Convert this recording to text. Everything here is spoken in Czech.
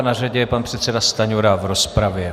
Na řadě je pan předseda Stanjura v rozpravě.